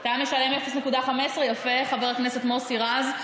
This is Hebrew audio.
אתה משלם 0.15, יפה, חבר הכנסת מוסי רז.